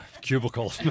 cubicle